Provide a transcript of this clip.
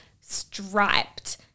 striped